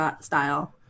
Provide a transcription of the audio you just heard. style